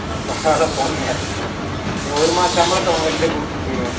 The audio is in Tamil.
அண்ணே பரவாயில்ல போடுங்கள் என் ஒரு மாத சம்பளத்தை உங்க கடையில் கொடுத்துட்டுப் போயிடுவேன்